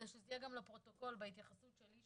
שזה יהיה גם לפרוטוקול בהתייחסות שלי,